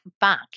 back